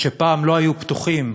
שפעם לא היו פתוחים